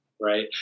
right